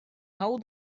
how